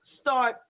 start